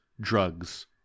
drugs